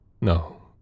No